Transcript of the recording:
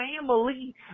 family